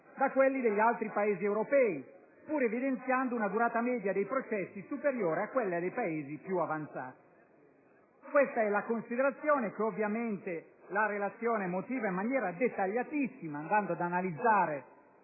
da quelli degli altri Paesi europei pur evidenziando una durata media dei processi superiore a quella dei Paesi più avanzati». Questa è la considerazione che la Relazione motiva in maniera molto dettagliata, analizzando